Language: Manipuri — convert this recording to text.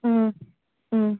ꯎꯝ ꯎꯝ